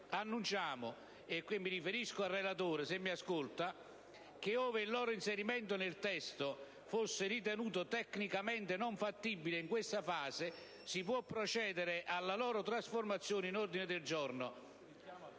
annunciamo - e mi rivolgo al relatore - che ove il loro inserimento nel testo fosse ritenuto tecnicamente non fattibile in questa fase, si può procedere alla loro trasformazione in ordini del giorno.